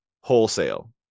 wholesale